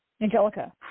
Angelica